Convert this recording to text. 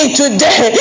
today